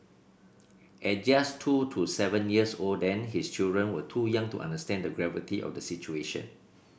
at just two to seven years old then his children were too young to understand the gravity of the situation